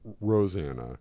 Rosanna